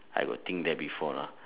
I will think that before lah